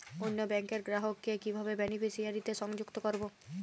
অন্য ব্যাংক র গ্রাহক কে কিভাবে বেনিফিসিয়ারি তে সংযুক্ত করবো?